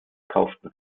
kauften